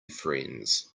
friends